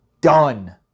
done